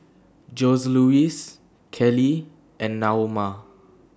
Joseluis Kelly and Naoma